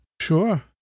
Sure